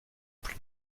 plus